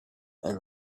and